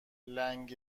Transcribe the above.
لنگ